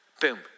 boom